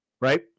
right